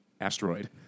Asteroid